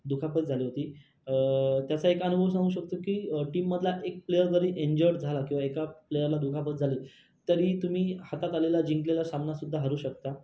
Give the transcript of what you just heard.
दुखापत झाली होती त्याचा एक अनुभव सांगू शकतो की टीममधला एक प्लेयर जरी इंज्युअर्ड झाला किंवा एका प्लेअरला दुखापत झाली तरी तुम्ही हातात आलेला जिंकलेला सामनासुद्धा हरू शकता